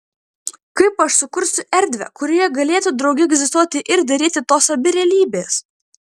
kaip aš sukursiu erdvę kurioje galėtų drauge egzistuoti ir derėti tos abi realybės